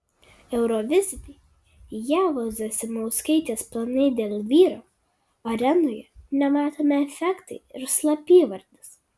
euroviziniai ievos zasimauskaitės planai dėl vyro arenoje nematomi efektai ir slapyvardis